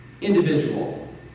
individual